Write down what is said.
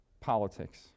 politics